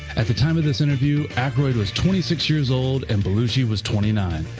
at the time of this interview, aykroyd was twenty six years old and belushi was twenty nine.